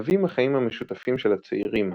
מהווים החיים המשותפים של הצעירים,